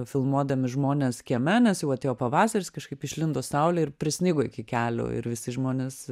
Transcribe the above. filmuodami žmones kieme nes jau atėjo pavasaris kažkaip išlindo saulė ir prisnigo iki kelių ir visi žmonės